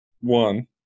one